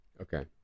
Okay